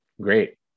great